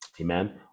amen